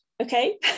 okay